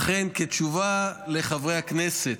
לכן, כתשובה לחברי הכנסת,